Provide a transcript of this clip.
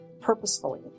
purposefully